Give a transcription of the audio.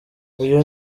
uyu